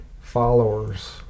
followers